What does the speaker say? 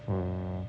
for